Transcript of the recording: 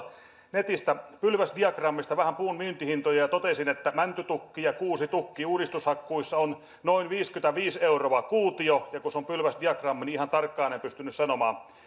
netistä pylväsdiagrammista vähän puun myyntihintoja ja totesin että mäntytukki ja kuusitukki uudistushakkuissa ovat noin viisikymmentäviisi euroa kuutio kun se on pylväsdiagrammi niin ihan tarkkaan en pystynyt sanomaan ja